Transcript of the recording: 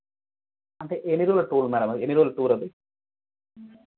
అంటే ఎన్ని రోజులు టూర్ మేడం ఎన్ని రోజులు టూర్ అది